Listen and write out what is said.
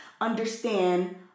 understand